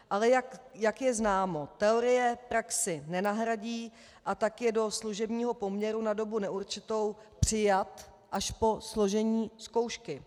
Ale jak je známo, teorie praxi nenahradí, a tak je do služebního poměru na dobu neurčitou přijat až po složení zkoušky.